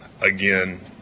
Again